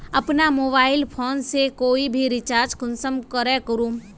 अपना mobile phone से कोई भी रिचार्ज कुंसम करे करूम?